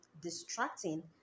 distracting